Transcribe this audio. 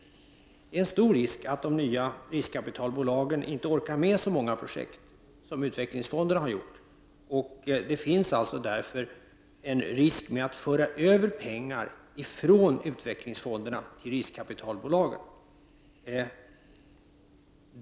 Det föreligger stor risk för att de nya riskkapitalbolagen inte orkar med så många projekt som utvecklingsfonderna har gjort. Det innebär därför en risk att föra över pengarna från utvecklingsfonderna till riskkapitalbolagen.